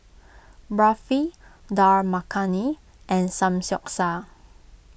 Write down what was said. Barfi Dal Makhani and Samgyeopsal